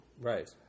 Right